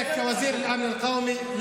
(אתה שר כושל.) יש בעל בית במדינת ישראל,